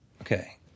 okay